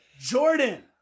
Jordan